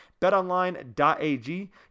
Betonline.ag